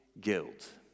guilt